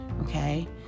okay